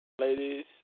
ladies